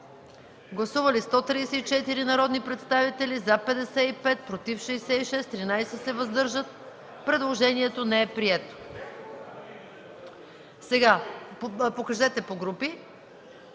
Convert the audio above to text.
Гласували 103 народни представители: за 34, против 68, въздържал се 1. Предложението не е прието.